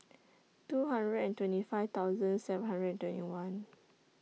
two hundred and twenty five thousand seven hundred and twenty one